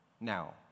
now